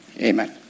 Amen